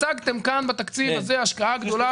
הצגתם כאן בתקציב הזה השקעה גדולה